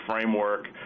framework